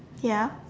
ya